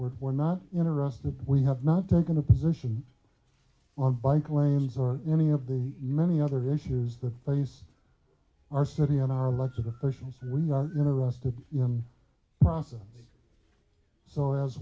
where we're not interested we have not taken a position on bike lanes or any of the many other issues that they use our city on our elected officials we are interested in process so as